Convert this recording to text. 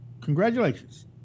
Congratulations